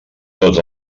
tots